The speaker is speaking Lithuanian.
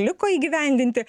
liko įgyvendinti